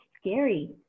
scary